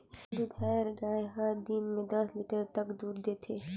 दूधाएर गाय हर दिन में दस लीटर तक दूद देथे